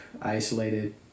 isolated